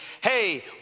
hey